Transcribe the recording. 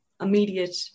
immediate